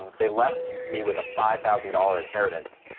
they left me with a five thousand dollars inheritance.